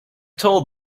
told